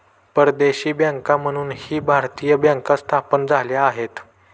परदेशी बँका म्हणूनही भारतीय बँका स्थापन झाल्या आहेत